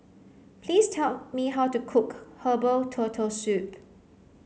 please tell me how to cook Herbal Turtle Soup